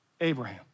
Abraham